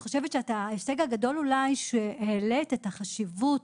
ההישג הגדול אולי הוא שהעלית את החשיבות